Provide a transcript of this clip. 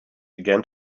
began